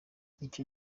icyo